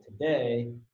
today